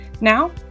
Now